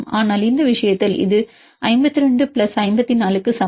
ஆனால் இந்த விஷயத்தில் இது 52 பிளஸ் 54 க்கு5254 சமம்